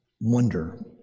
wonder